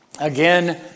Again